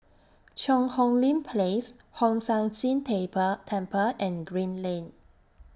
Cheang Hong Lim Place Hong San See table Temple and Green Lane